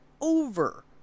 over